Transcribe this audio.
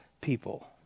people